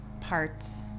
parts